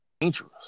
dangerous